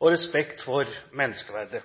og respekt for menneskeverdet.